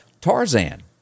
Tarzan